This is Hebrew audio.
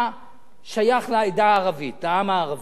אתה שייך לעדה הערבית, העם הערבי.